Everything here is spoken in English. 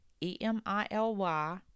E-M-I-L-Y